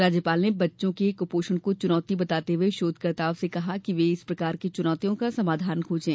राज्यपाल ने बच्चों के कुपोषण को चुनौती बताते हुए शोधकर्ताओं से कहा कि वे इस प्रकार की चुनौतियों का समाधान खोजे